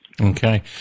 Okay